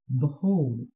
Behold